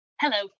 Hello